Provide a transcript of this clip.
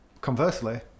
Conversely